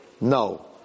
No